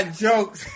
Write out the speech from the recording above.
jokes